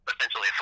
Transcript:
Essentially